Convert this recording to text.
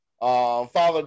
father